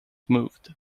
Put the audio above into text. moved